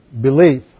belief